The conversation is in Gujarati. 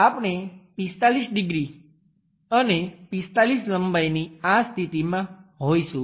આપણે 45 ડિગ્રી અને 45 લંબાઈની આ સ્થિતિમાં હોઈશું